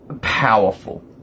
powerful